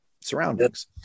surroundings